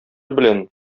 белән